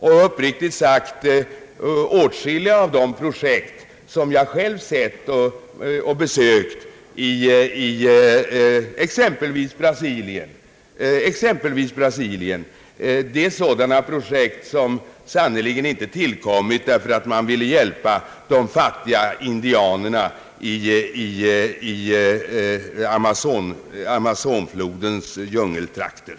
Och uppriktigt sagt är åtskilliga av de projekt som jag själv sett och besökt, exempelvis i Brasilien, sådana som sannerligen inte tillkommit för att man velat hjälpa de fattiga indianerna i Amazonflodens djungeltrakter.